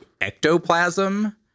ectoplasm